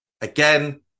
Again